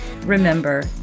Remember